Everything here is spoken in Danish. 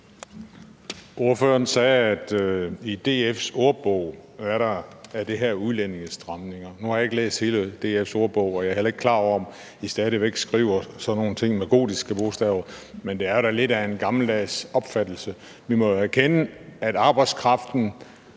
Ordføreren sagde, at i DF's ordbog er det her udlændingestramninger. Nu har jeg ikke læst hele DF's ordbog, og jeg er heller ikke klar over, om I stadig væk skriver sådan nogle ting med gotiske bogstaver, men det er da lidt af en gammeldags opfattelse. Vi må jo erkende, at arbejdskraften